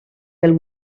del